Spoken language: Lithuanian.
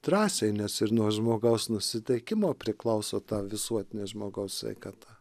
drąsiai nes ir nuo žmogaus nusiteikimo priklauso ta visuotinė žmogaus sveikata